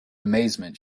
amazement